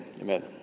Amen